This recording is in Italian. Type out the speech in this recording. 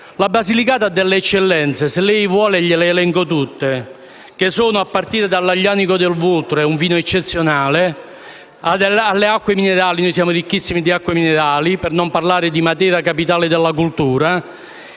La Basilicata ha delle eccellenze e, se vuole, gliele elenco tutte, a partire dall'Aglianico del Vulture, un vino eccezionale, alle acque minerali, di cui siamo ricchissimi, per non parlare di Matera, capitale della cultura.